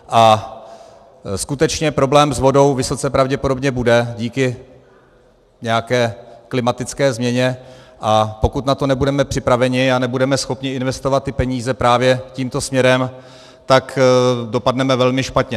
A skutečně problém s vodou vysoce pravděpodobně bude díky nějaké klimatické změně, a pokud na to nebudeme připraveni a nebudeme schopni investovat ty peníze právě tímto směrem, tak dopadneme velmi špatně.